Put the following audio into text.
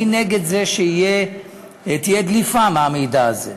אני נגד זה שתהיה דליפה מהמידע הזה.